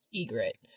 Egret